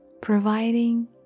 providing